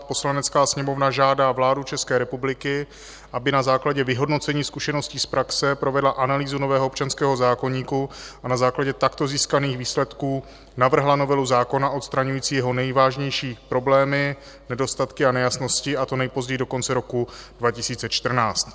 Poslanecká sněmovna žádá vládu ČR, aby na základě vyhodnocení zkušeností z praxe provedla analýzu nového občanského zákoníku a na základě takto získaných výsledků navrhla novelu zákona odstraňující jeho nejvážnější problémy, nedostatky a nejasnosti, a to nejpozději do konce roku 2014.